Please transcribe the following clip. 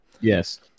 Yes